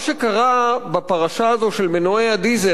מה שקרה בפרשה הזאת של מנועי הדיזל